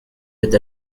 with